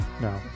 No